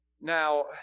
Now